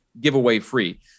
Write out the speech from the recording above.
giveaway-free